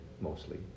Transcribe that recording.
mostly